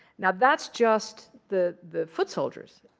now, that's just the the foot soldiers.